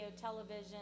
television